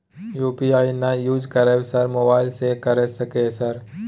UPI ना use करवाएं sir mobile से कर सके सर?